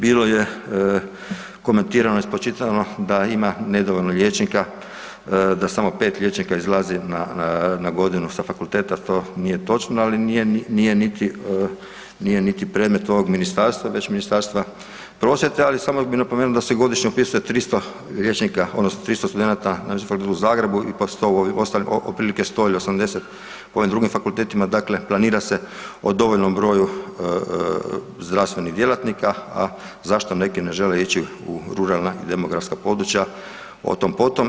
Bilo je komentirano i spočitano da ima nedovoljno liječnika, da samo 5 liječnika izlazi na godinu sa fakulteta, to nije točno, ali nije niti predmet ovog ministarstva već Ministarstva prosvjete, ali samo bi napomenuo da se godišnje upisuje 300 liječnika, odnosno 300 studenata ... u Zagrebu, ipak su ... otprilike 180 po ovim drugim fakultetima, dakle planira se o dovoljnom broju zdravstvenih djelatnika, a zašto neki ne žele ići u ruralna i demografska područja, o tom, potom.